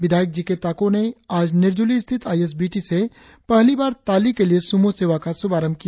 विधायक जिक्के ताको ने आज निरजुली स्थित आईएसबीटी से पहली बार ताली के लिए सुमो सेवा का शुभारंभ किया